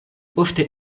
ofte